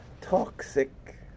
toxic